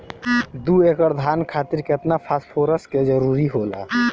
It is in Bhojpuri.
दु एकड़ धान खातिर केतना फास्फोरस के जरूरी होला?